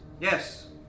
Yes